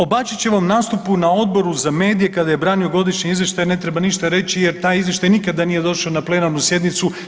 O Bačićevom nastupu na Odboru za medije kada je branio godišnji izvještaj ne treba ništa reći jer taj izvještaj nikada nije došao na plenarnu sjednicu.